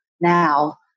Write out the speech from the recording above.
now